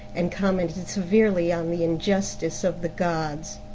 and commented severely on the injustice of the gods.